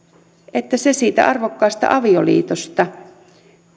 että se siitä arvokkaasti avioliitosta